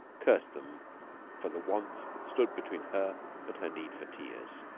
cursed them for the wants that stood between her and her need for tears.